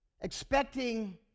expecting